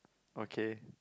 okay